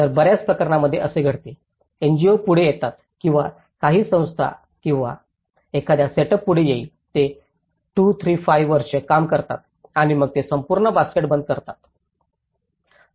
तर बर्याच प्रकरणांमध्ये असे घडते एनजीओ पुढे येतात किंवा काही संस्था किंवा एखादा सेटअप पुढे येईल ते 2 3 5 वर्षे काम करतात आणि मग ते संपूर्ण बास्केट बंद करतात